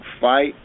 fight